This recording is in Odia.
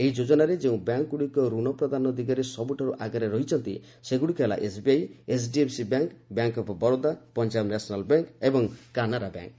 ଏହି ଯୋଜନାରେ ଯେଉଁ ବ୍ୟାଙ୍କଗୁଡ଼ିକ ରଣ ପ୍ରଦାନ ଦିଗରେ ସବୁଠାରୁ ଆଗରେ ରହିଛନ୍ତି ସେଗୁଡ଼ିକ ହେଲା SBI HDFC bank bank of Baroda Punjab national bank ଏବଂ କାନାରା ବ୍ୟାଙ୍କ